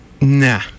Nah